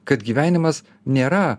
kad gyvenimas nėra